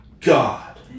God